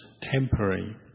temporary